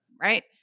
right